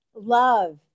love